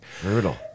Brutal